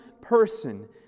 person